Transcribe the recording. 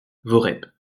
voreppe